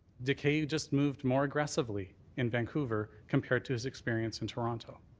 decay just moved more aggressively in vancouver compared to his experience in toronto.